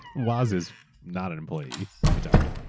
woz is not an employee of atari,